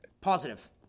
Positive